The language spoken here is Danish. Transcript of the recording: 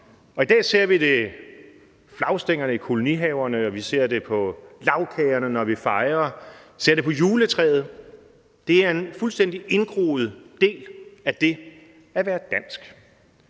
I dag ser vi det på flagstængerne i kolonihaverne, vi ser det på lagkagerne, når vi fejrer noget, og vi ser det på juletræet; det er en fuldstændig indgroet del af det at være dansk.